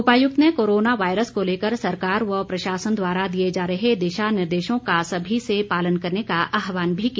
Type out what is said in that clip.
उपायुक्त ने corona virus को लेकर सरकार व प्रशासन द्वारा दिए जा रहें दिशानिर्देशों का सभी से पालन करने का आहवान भी किया